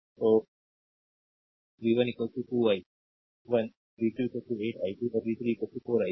तो v 1 2 i1 v 2 8 i2 और v 3 4 i3